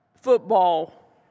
Football